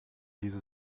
diese